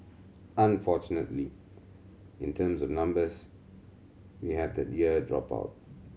unfortunately in terms of numbers we had that year drop out